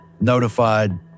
notified